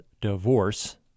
divorce